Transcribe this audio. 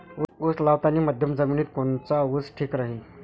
उस लावतानी मध्यम जमिनीत कोनचा ऊस ठीक राहीन?